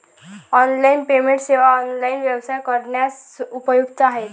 online payment सेवा online व्यवसाय करण्यास उपयुक्त आहेत